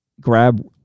grab